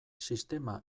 sistema